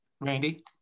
Randy